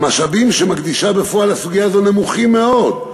המשאבים שהיא מקדישה בפועל לסוגיה הזאת נמוכים מאוד,